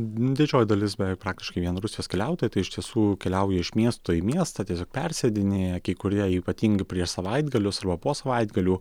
didžioji dalis beje praktiškai vien rusijos keliautojai tai iš tiesų keliauja iš miesto į miestą tiesiog persėdinėja kai kurie ypatingai prieš savaitgalius arba po savaitgalių